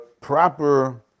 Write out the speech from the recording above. proper